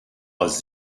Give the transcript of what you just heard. aus